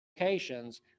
locations